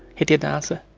he didn't answer.